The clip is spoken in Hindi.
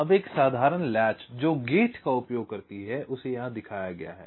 अब एक साधारण लैच जो गेट का उपयोग करती है उसे यहाँ दिखाया गया है